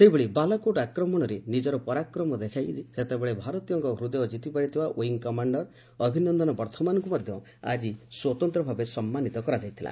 ସେହିଭଳି ବାଲାକୋଟ୍ ଆକ୍ରମଣରେ ନିକର ପରାକ୍ରମ ଦେଖାଇ ସେତେବେଳେ ଭାରତୀୟଙ୍କ ହୃଦୟ ଜିତିପାରିଥିବା ୱିଙ୍ଗ୍ କମାଣ୍ଡର ଅଭିନନ୍ଦନ ବର୍ଥମାନଙ୍କୁ ମଧ୍ଧ ଆଜି ସ୍ୱତନ୍ତ ଭାବେ ସମ୍ମାନୀତ କରାଯାଇଥିଲା